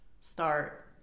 start